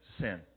sin